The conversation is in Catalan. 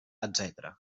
etc